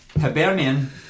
Hibernian